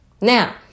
Now